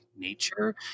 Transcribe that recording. nature